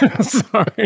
sorry